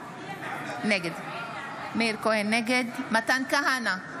נגד מתן כהנא,